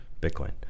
Bitcoin